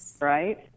right